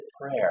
prayer